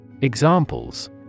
Examples